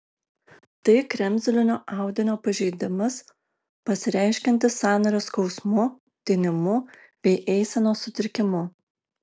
tai kremzlinio audinio pažeidimas pasireiškiantis sąnario skausmu tinimu bei eisenos sutrikimu